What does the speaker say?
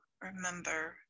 remember